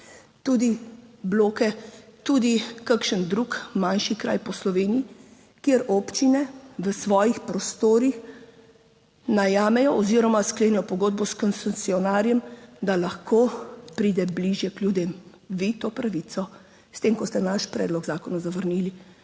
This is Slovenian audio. tudi Bloke, tudi kakšen drug manjši kraj po Sloveniji, kjer občine v svojih prostorih najamejo oziroma sklenejo pogodbo s koncesionarjem, da lahko pride bližje k ljudem. Vi to pravico s tem, ko ste naš predlog zakona zavrnili,